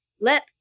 Lip